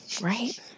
Right